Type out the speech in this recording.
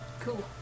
Cool